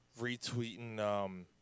retweeting